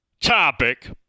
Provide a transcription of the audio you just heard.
topic